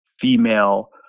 female